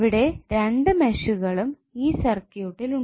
ഇവിടെ രണ്ട് മെഷുകളുണ്ട് ഈ സർക്യൂട്ടിൽ